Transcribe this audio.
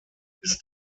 ist